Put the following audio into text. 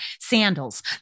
sandals